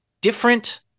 different